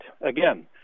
again